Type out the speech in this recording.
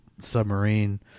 submarine